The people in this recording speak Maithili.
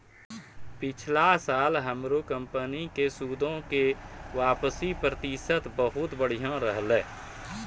पिछला साल हमरो कंपनी के सूदो के वापसी प्रतिशत बहुते बढ़िया रहलै